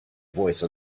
voice